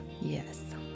Yes